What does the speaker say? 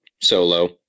Solo